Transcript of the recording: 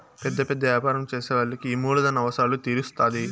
పెద్ద పెద్ద యాపారం చేసే వాళ్ళకి ఈ మూలధన అవసరాలు తీరుత్తాధి